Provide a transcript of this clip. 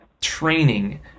training